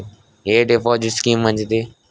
ఎ deposit scheme మంచిది?